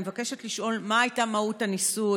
אני מבקשת לשאול: 1. מה הייתה מהות הניסוי?